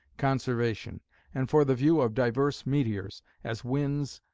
conservation and for the view of divers meteors as winds,